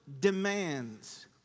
demands